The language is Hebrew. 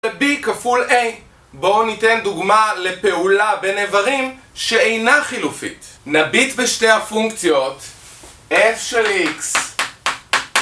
B כפול A, בואו ניתן דוגמה לפעולה בין איברים שאינה חילופית. נביט בשתי הפונקציות f של x